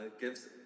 gives